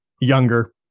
younger